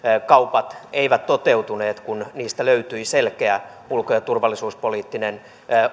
kaupat eivät toteutuneet kun niistä löytyi selkeä ulko ja turvallisuuspoliittinen